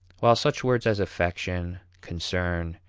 while such words as affection, concern,